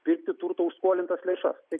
pirkti turtą už skolintas lėšas tai